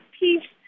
peace